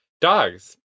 dogs